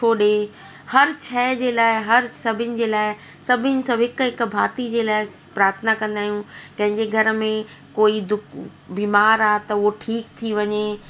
अ सुठो ॾे हरु शए जे लाए हरु सभीन जे लाए सभिन सभु हिक हिक भाती जे लाइ स प्रार्थना कंदा आहियूं कंहिंजे घर में कोई दु बीमारु आहे त उहो ठीक थी वञे